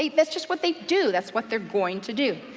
that's just what they do. that's what they're going to do,